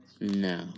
No